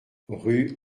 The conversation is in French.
rue